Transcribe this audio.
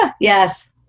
Yes